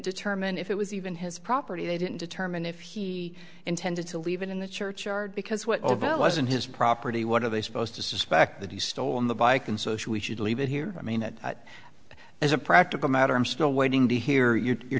determine if it was even his property they didn't determine if he intended to leave it in the churchyard because what o b l was in his property what are they supposed to suspect that he's stolen the bike and so should we should leave it here i mean it as a practical matter i'm still waiting to hear you're